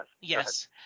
yes